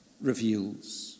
reveals